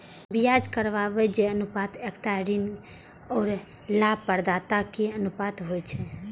ब्याज कवरेज अनुपात एकटा ऋण आ लाभप्रदताक अनुपात होइ छै